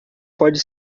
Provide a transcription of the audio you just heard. pode